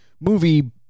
movie